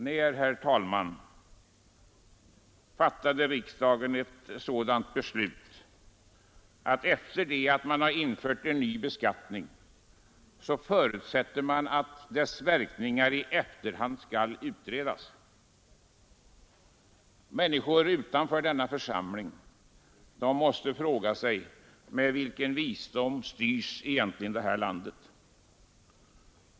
När, herr talman, fattade riksdagen ett sådant beslut att efter det att man har infört en ny beskattning, så förutsätter man att dess verkningar i efterhand skall utredas? Människor utanför denna församling måste fråga sig: Med vilken visdom styrs egentligen det här landet?